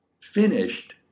Finished